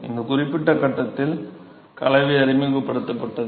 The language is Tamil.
இந்த குறிப்பிட்ட கட்டத்தில் கலவை அறிமுகப்படுத்தப்பட்டது